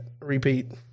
Repeat